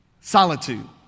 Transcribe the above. Solitude